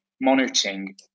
monitoring